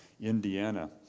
Indiana